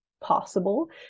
possible